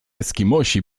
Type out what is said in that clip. eskimosi